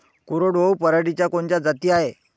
कोरडवाहू पराटीच्या कोनच्या जाती हाये?